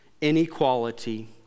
inequality